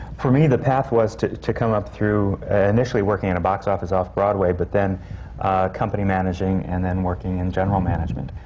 for me, the path was to to come up through initially working in a box office off-broadway, but then company managing and then working in general management.